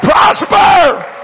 prosper